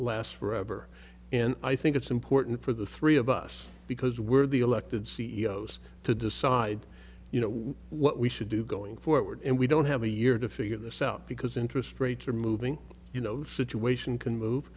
last forever and i think it's important for the three of us because we're the elected c e o s to decide you know what we should do going forward and we don't have a year to figure this out because interest rates are moving you know situation can move